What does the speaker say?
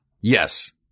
Yes